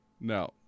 No